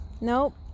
Nope